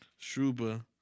Shruba